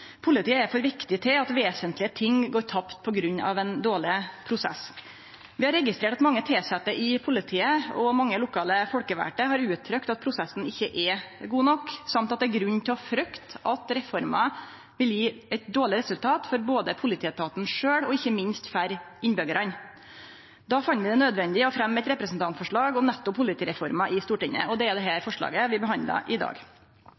Politiet er for viktig til at vesentlege ting går tapt på grunn av ein dårleg prosess. Vi har registrert at mange tilsette i politiet og mange lokale folkevalde har uttrykt at prosessen ikkje er god nok, og at det er grunn til å frykte at reforma vil gje eit dårleg resultat for politietaten sjølv og ikkje minst for innbyggjarane. Då fann vi det nødvendig å fremje eit representantforslag om nettopp politireforma i Stortinget. Det er dette forslaget vi behandlar i dag.